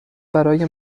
برای